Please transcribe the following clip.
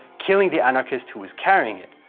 killing the anarchist who was carrying it.